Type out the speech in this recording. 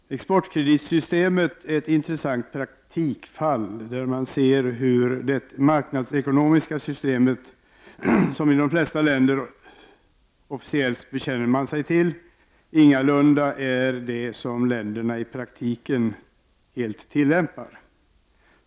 Herr talman! Exportkreditsystemet är ett intressant praktikfall, där man ser hur det marknadsekonomiska system som de flesta länder officiellt bekänner sig till, i praktiken ingalunda tillämpas i dess helhet av dessa länder.